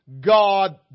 God